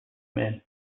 men